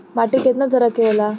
माटी केतना तरह के होला?